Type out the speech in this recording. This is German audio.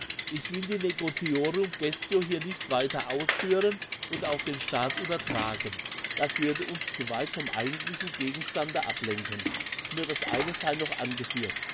ich will die negotiorum gestio hier nicht weiter ausführen und auf den staat übertragen das würde uns zu weit vom eigentlichen gegenstande ablenken nur das eine sei noch angeführt